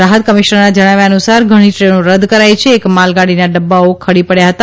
રાહત કમશિનરનજણાવ્યા અનુસાર ઘણી ટ્રેનોરદ છરાઇ છે એક માલગાડીના ડબ્બાઓ ખડી પડ્યા હતા